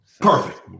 Perfect